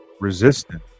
resistant